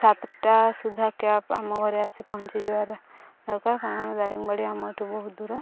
ସାତଟା ସୁଦ୍ଧା କ୍ୟାବ୍ ଆମ ଘରେ ଆସି ପହଞ୍ଚି ଯିବା ଦରକାର କାରଣ ଦାରିଙ୍ଗବାଡ଼ି ଆମଠୁ ବହୁତ ଦୂର